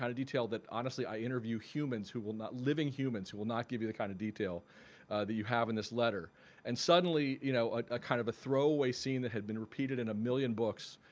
of detail that honestly i interview humans who will not living humans who will not give you the kind of detail that you have in this letter and suddenly you know a kind of a throwaway scene that had been repeated in a million books